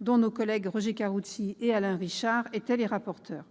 dont nos collègues Roger Karoutchi et Alain Richard étaient les rapporteurs.